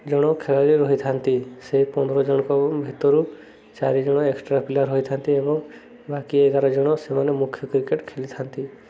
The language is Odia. ଜଣ ଖେଳାଳି ରହିଥାନ୍ତି ସେ ପନ୍ଦର ଜଣଙ୍କ ଭିତରୁ ଚାରି ଜଣ ଏକ୍ସଟ୍ରା ପ୍ଲେୟର୍ ରହିଥାନ୍ତି ଏବଂ ବାକି ଏଗାର ଜଣ ସେମାନେ ମୁଖ୍ୟ କ୍ରିକେଟ୍ ଖେଳିଥାନ୍ତି